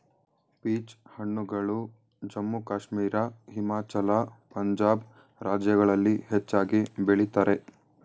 peach ಹಣ್ಣುಗಳು ಜಮ್ಮು ಕಾಶ್ಮೀರ, ಹಿಮಾಚಲ, ಪಂಜಾಬ್ ರಾಜ್ಯಗಳಲ್ಲಿ ಹೆಚ್ಚಾಗಿ ಬೆಳಿತರೆ